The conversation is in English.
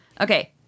Okay